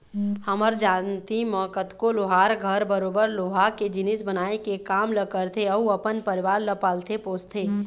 हमर जानती म कतको लोहार घर बरोबर लोहा के जिनिस बनाए के काम ल करथे अउ अपन परिवार ल पालथे पोसथे